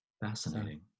Fascinating